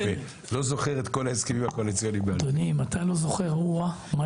לא עבודה שהיא הכי נעימה לפקיד ממשלתי של מדינת ישראל לעזור לאזרחיו